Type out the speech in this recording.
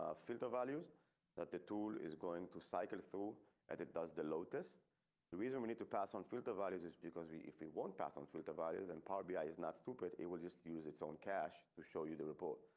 ah filter values that the tool is going to cycle through and it does the low test the reason? we need to pass on filter values is because we if we won't pass on filter values and power. bi ah is not stupid. it will just use its own cash to show you the report.